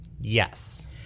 Yes